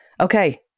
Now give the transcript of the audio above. Okay